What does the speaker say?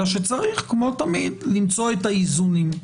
אלא שצריך כמו תמיד למצוא את האיזונים.